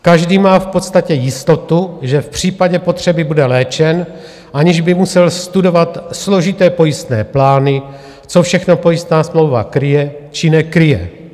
Každý má v podstatě jistotu, že v případě potřeby bude léčen, aniž by musel studovat složité pojistné plány, co všechno pojistná smlouva kryje či nekryje.